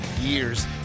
years